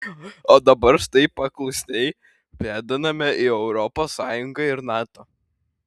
o dabar štai paklusniai pėdiname į europos sąjungą ir nato